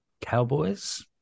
cowboys